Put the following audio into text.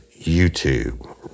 YouTube